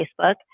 Facebook